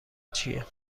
چیه